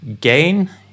gain